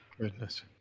goodness